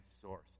source